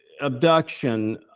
Abduction